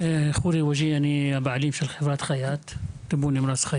חורי וג'יה, אני הבעלים של חברת חיאת טיפול נמרץ.